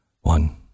One